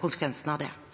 konsekvensene av det.